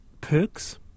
perks